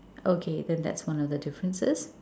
okay then that's one of the differences